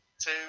two